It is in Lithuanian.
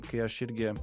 kai aš irgi